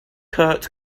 kurt